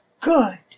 good